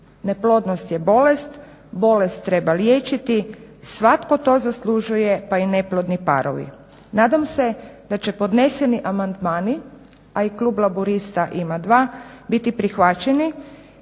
Neplodnost je bolest, bolest treba liječiti. Svatko to zaslužuje pa i neplodni parovi. Nadam se da će podneseni amandmani, a i klub laburista ima dva biti prihvaćeni